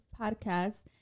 Podcast